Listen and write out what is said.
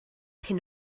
hyn